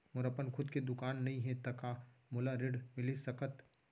मोर अपन खुद के दुकान नई हे त का मोला ऋण मिलिस सकत?